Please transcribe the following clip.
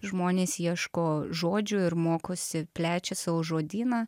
žmonės ieško žodžių ir mokosi plečia savo žodyną